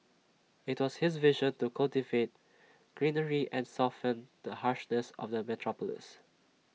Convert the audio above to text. IT was his vision to cultivate greenery and soften the harshness of the metropolis